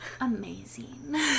amazing